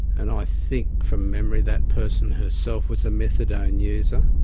and i think from memory that person herself was a methadone user,